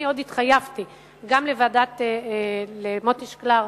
אני עוד התחייבתי גם למוטי שקלאר,